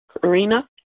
Karina